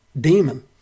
demon